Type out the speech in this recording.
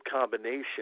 combination